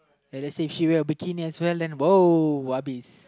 ya let's say if she wear a bikini as well then